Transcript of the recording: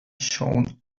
shone